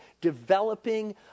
developing